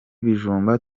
ibijumba